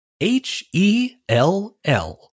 H-E-L-L